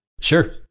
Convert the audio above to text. Sure